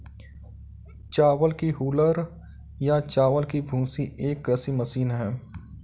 चावल की हूलर या चावल की भूसी एक कृषि मशीन है